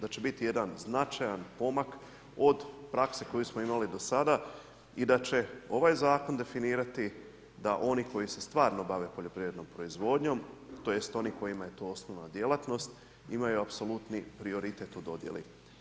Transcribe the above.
Da će biti jedan značajan pomak od prakse koju smo imali do sada i da će ovaj zakon definirati da oni koji se stvarno bave poljoprivrednom proizvodnjom, tj. oni kojima je to osnovna djelatnost, imaju apsolutni prioritet u dodjeli.